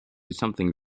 something